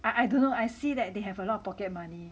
I don't know I see that they have a lot of pocket money